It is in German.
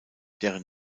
deren